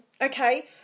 okay